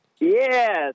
Yes